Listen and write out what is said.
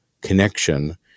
connection